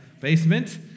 basement